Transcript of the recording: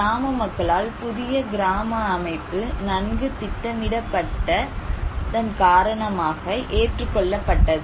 கிராம மக்களால் புதிய கிராம அமைப்பு நன்கு திட்டமிடப்பட்ட தன் காரணமாக ஏற்றுக்கொள்ளப்பட்டது